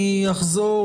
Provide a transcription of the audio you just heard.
אני אחזור